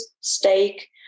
steak